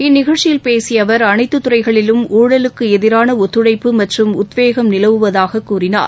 இந்நிகழ்ச்சியில் பேசிய அவர் அளைத்து துறைகளிலும் ஊழலுக்கு எதிராள ஒத்துழைப்பு மற்றம் உத்வேகம் நிலவுவதாக கூறினார்